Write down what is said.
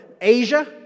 Asia